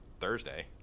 Thursday